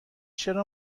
چرا